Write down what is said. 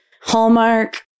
Hallmark